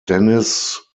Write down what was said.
denis